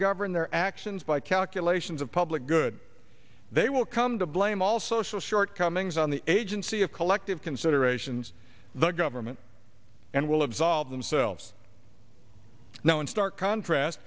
govern their actions by calculations of public good they will come to blame all social shortcomings on the agency of collective considerations the government and will absolve themselves now in stark contrast